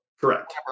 Correct